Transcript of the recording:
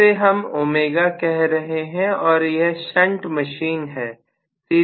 इसे हम ω कह रहे हैं और यह शंट मशीन है